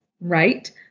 Right